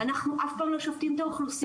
אנחנו אף פעם לא שופטים את האוכלוסייה,